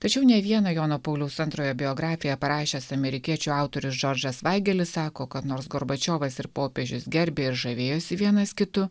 tačiau ne vieną jono pauliaus antrojo biografiją parašęs amerikiečių autorius džordžas vaigelis sako kad nors gorbačiovas ir popiežius gerbė ir žavėjosi vienas kitu